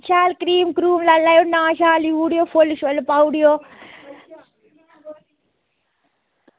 शैल क्रीम लाई लैयो नांऽ लिखी लैयो फुल्ल पाई ओड़ेओ